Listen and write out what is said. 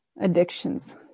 addictions